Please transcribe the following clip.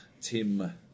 Tim